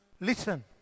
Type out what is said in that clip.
Listen